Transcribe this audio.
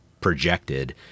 projected